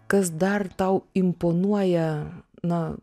kas dar tau imponuoja na